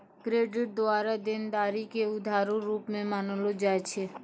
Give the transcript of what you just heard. credit द्वारा देनदारी के उधारो रूप मे मानलो जाय छै